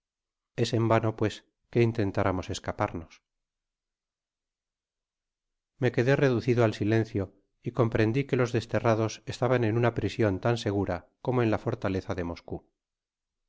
es en vano pues que intentáramos escaparnos me quedé reducido al silencio y comprendi que los desterrados estaban en una prision tan segura como en la fortaleza de moscou